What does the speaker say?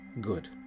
Good